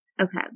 okay